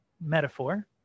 metaphor